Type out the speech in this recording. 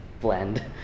blend